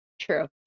True